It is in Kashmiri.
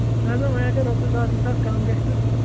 مےٚ حظ دوٚپ وۄںۍ اَگر رۄپیَس دَہ زٕ ساس کَم گژھِنَس تہٕ